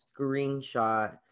screenshot